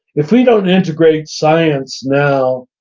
if we don't integrate science now,